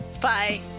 Bye